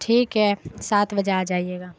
ٹھیک ہے سات بجے آ جائیے گا